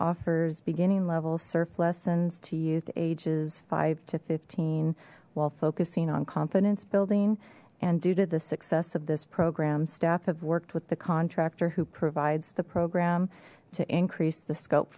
offers beginning level surf lessons to youth ages five to fifteen while focusing on confidence building and due to the success of this program staff have worked with the contractor who provides the program to increase the scope